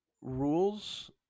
rules